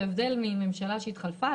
למרות שהממשלה התחלפה,